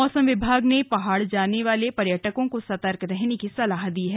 मौसम विभाग ने पहाड़ जाने वाले पर्यटकों को सतर्क रहने की सलाह दी है